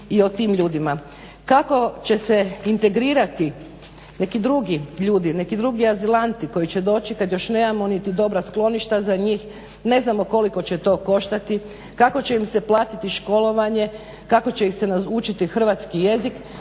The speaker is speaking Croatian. i o tim ljudima. Kako će se integrirati neki drugi ljudi, neki drugi azilanti koji će doći kad još nemamo niti dobra skloništa za njih, ne znamo koliko će to koštati, kako će im se platiti školovanje, kako će ih se naučiti hrvatski jezik